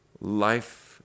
Life